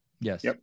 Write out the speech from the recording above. yes